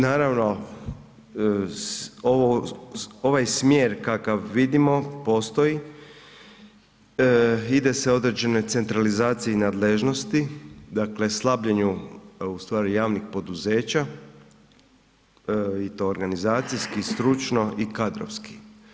Naravno ovaj smjer kakav vidimo postoji, ide se određenoj centralizaciji nadležnosti, dakle slabljenju ustvari javnih poduzeća i to organizacijski, stručno i kadrovski.